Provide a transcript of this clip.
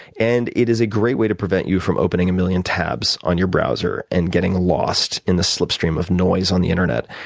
and it is a great way to prevent you from opening a million tabs on your browser and getting lost in the slipstream of noise on the internet,